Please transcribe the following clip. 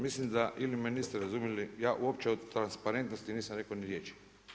Mislim da ili me niste razumjeli ja uopće o transparentnosti nisam rekao ni riječi.